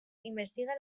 investiga